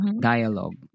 dialogue